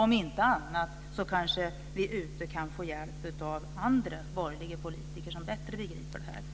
Om inte annat kanske vi ute i kommunerna kan få hjälp av andra borgerliga politiker som begriper bättre.